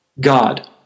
God